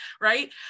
Right